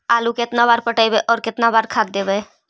आलू केतना बार पटइबै और केतना बार खाद देबै?